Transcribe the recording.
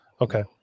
Okay